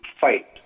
fight